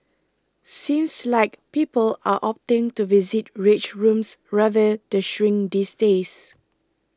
seems like people are opting to visit rage rooms rather the shrink these days